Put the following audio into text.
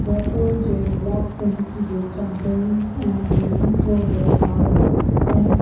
जयपुर जे block print जे चादरुनि ऐं ड्रेसियुनि जो वापारु